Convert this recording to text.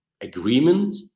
agreement